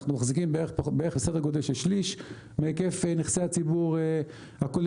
אנחנו מחזיקים בערך בסדר גודל של שליש מהיקף נכסי הציבור הכוללים.